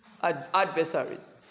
adversaries